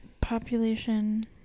Population